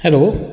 hello